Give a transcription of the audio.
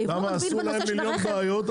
ייבוא מקביל בנושא של הרכב,